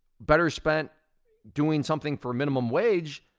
better spent doing something for minimum wage,